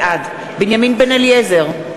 בעד בנימין בן-אליעזר,